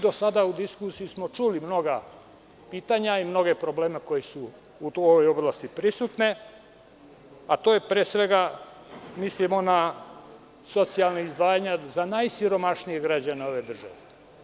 Do sada u diskusiji smo čuli mnoga pitanja i mnoge probleme koji su u ovoj oblasti prisutni, a tu pre svega mislimo na socijalna izdvajanja za najsiromašnije građane ove države.